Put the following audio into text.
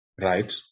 Right